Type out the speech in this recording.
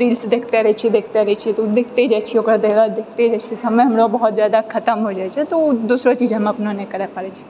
reels देखिते रहैत छिऐ देखिते रहैत छिऐ तऽ ओ देखिते जाइ छिऐ ओकरा देखिते जाइत छिऐ समय हमरा बहुत जादा खतम होइ जाइत छै तऽ ओ दोसर चीज हम अपना नहि करै पाड़ै छिऐ